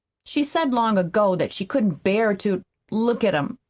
she said long ago that she couldn't bear to look at em.